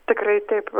tikrai taip